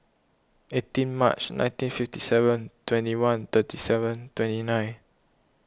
eighteen March nineteen fifty seven twenty one thirty seven twenty nine